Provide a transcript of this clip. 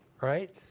right